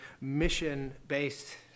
mission-based